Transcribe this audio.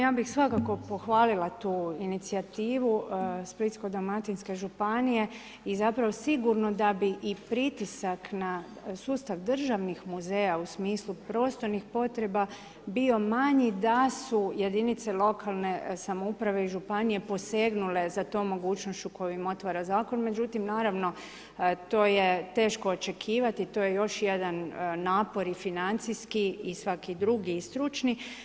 Ja bih svakako pohvalila tu inicijativu Splitsko-dalmatinske županije i zapravo sigurno da bi i pritisak na sustav državnih muzeja u smislu prostornih potreba bio manji da su jedinice lokalne samouprave i županije posegnule za tom mogućnošću koju im otvara zakon, međutim naravno to je teško očekivati, to je još jedan napor i financijski i svaki drugi i stručni.